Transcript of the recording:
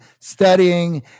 studying